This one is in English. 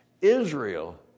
Israel